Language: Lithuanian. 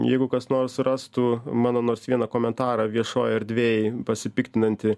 jeigu kas nors surastų mano nors vieną komentarą viešoj erdvėj pasipiktinantį